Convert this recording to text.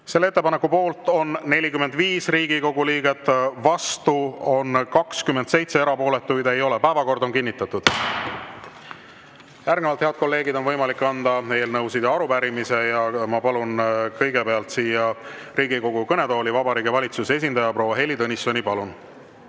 Selle ettepaneku poolt on 45 Riigikogu liiget, vastu 27, erapooletuid ei ole. Päevakord on kinnitatud. Järgnevalt, head kolleegid, on võimalik anda üle eelnõusid ja arupärimisi. Ma palun kõigepealt siia Riigikogu kõnetooli Vabariigi Valitsuse esindaja proua Heili Tõnissoni. Palun!